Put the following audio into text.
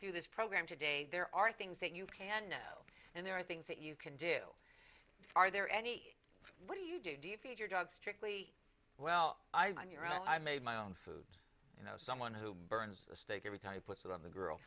do this program today there are things that you can know and there are things that you can do are there any what do you do do you feed your dog strictly well i'm on your own i made my own food you know someone who burns a steak every time i put it on the girl